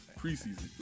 Preseason